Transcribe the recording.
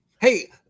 Hey